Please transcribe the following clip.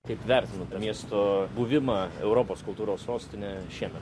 kaip vertinate miesto buvimą europos kultūros sostine šiemet